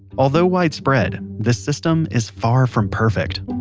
although widespread, this system is far from perfect